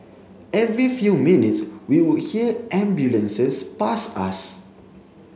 every few minutes we would hear ambulances pass us